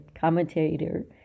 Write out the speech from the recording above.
commentator